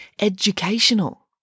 educational